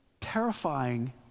terrifying